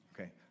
Okay